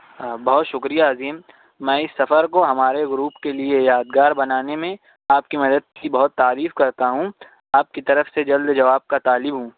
ہاں بہت شکریہ عظیم میں اس سفر کو ہمارے گروپ کے لیے یادگار بنانے میں آپ کی مدد کی بہت تعریف کرتا ہوں آپ کی طرف سے جلد جواب کا طالب ہوں